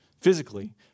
physically